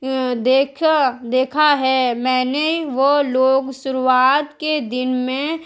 دیکھا دیکھا ہے میں نے وہ لوگ شروعات کے دن میں